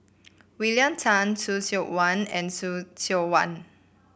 William Tan Khoo Seok Wan and Khoo Seok Wan